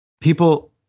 people